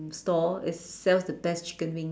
store it sells the best chicken wing